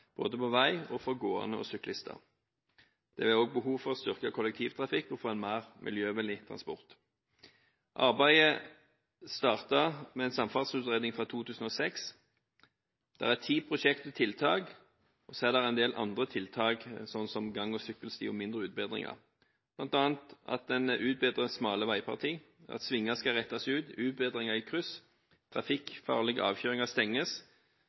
både på vei og for gående og syklister. Det er òg behov for å styrke kollektivtrafikken og få en mer miljøvennlig transport. Arbeidet startet med en samferdselsutredning fra 2006. Det er ti prosjekt til tiltak, og så er det endel andre tiltak, sånn som gang- og sykkelsti og mindre utbedringer, bl.a. at en utbedrer smale veiparti, svinger skal rettes ut, utbedringer i kryss, trafikkfarlige avkjøringer stenges,